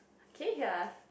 can you hear us